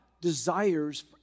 desires